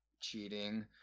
cheating